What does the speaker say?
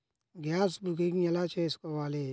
Gas booking ఎలా చేసుకోవాలి?